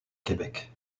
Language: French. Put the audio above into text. québec